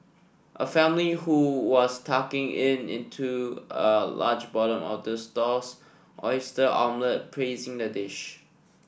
a family who was tucking in into a large portion of the stall's oyster omelette praised the dish